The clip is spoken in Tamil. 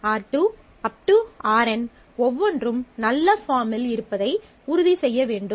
Rn ஒவ்வொன்றும் நல்ல பார்மில் இருப்பதை உறுதி செய்ய வேண்டும்